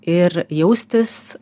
ir jaustis